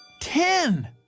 Ten